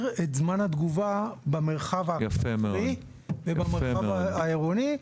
את זמן התגובה במרחב הכפרי ובמרחב העירוני.